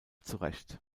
zurecht